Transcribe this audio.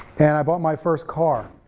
and i bought my first car.